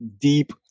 deep